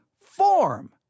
form